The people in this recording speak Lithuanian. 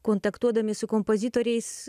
kontaktuodami su kompozitoriais